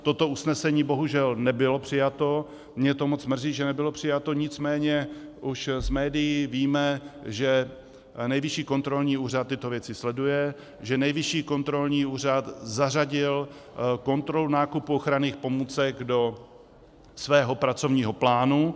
Toto usnesení bohužel nebylo přijato, mě to moc mrzí, že nebylo přijato, nicméně už z médií víme, že Nejvyšší kontrolní úřad tyto věci sleduje, že Nejvyšší kontrolní úřad zařadil kontrolu nákupu ochranných pomůcek do svého pracovního plánu.